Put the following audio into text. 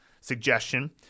suggestion